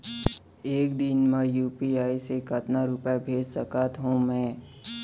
एक दिन म यू.पी.आई से कतना रुपिया भेज सकत हो मैं?